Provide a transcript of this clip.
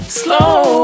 slow